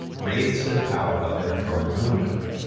raised to the power of their current room number.